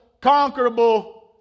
conquerable